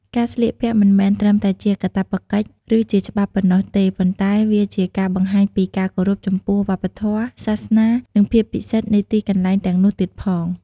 ការស្លៀកពាក់មិនមែនត្រឹមតែជាកាតព្វកិច្ចឬជាច្បាប់ប៉ុណ្ណោះទេ ប៉ុន្តែវាជាការបង្ហាញពី ការគោរពចំពោះវប្បធម៌ សាសនា និងភាពពិសិដ្ឋនៃទីកន្លែងទាំងនោះទៀតផង។